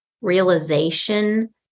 realization